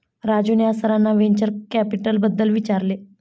राजूने आज सरांना व्हेंचर कॅपिटलबद्दल विचारले